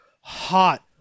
hot